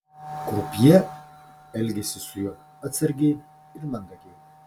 krupjė elgėsi su juo atsargiai ir mandagiai